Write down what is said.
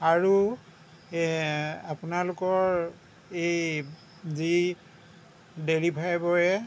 আৰু এ আপোনালোকৰ এই যি ডেলিভাৰী বয়ে